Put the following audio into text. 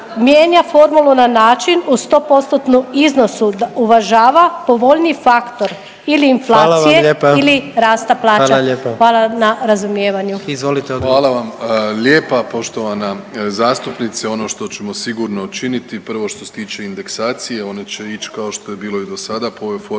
mijenja formulu na način u 100%-tnom iznosu da uvažava povoljniji faktor ili inflacije ili rasta plaća? **Jandroković,